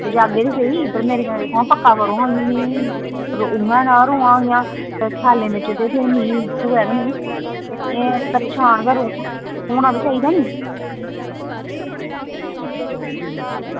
पजागे ते सेही मेरे कन्नै दिक्खो हां पक्का करो उ'आं गै रोआं जां ख्यालें बिच्च ते फिर मिगी थ्होऐ गै नेईं ते में परेशान गै रोआं होना बी चाहिदा नी